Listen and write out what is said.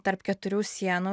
tarp keturių sienų